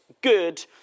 good